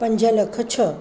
पंज लख छह